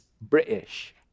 British